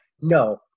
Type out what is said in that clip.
No